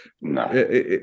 No